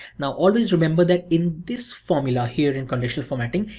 now always remember that in this formula here in conditional formatting,